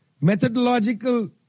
methodological